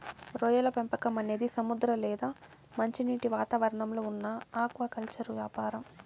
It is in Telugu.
రొయ్యల పెంపకం అనేది సముద్ర లేదా మంచినీటి వాతావరణంలో ఉన్న ఆక్వాకల్చర్ యాపారం